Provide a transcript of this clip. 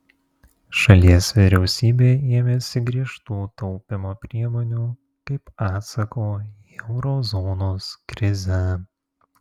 šalies vyriausybė ėmėsi griežtų taupymo priemonių kaip atsako į euro zonos krizę